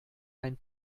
ein